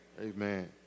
Amen